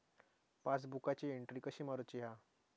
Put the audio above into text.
पासबुकाची एन्ट्री कशी मारुची हा?